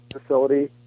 facility